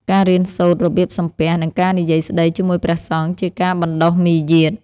ការរៀនសូត្ររបៀបសំពះ និងការនិយាយស្តីជាមួយព្រះសង្ឃ ជាការបណ្តុះមារយាទ។